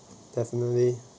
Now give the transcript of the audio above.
definitely